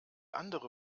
andere